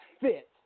fit